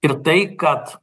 ir tai kad